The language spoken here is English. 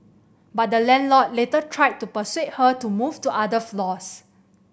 but the landlord later tried to persuade her to move to other floors